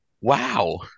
Wow